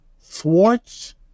thwarts